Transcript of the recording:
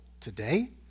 today